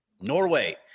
Norway